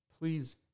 Please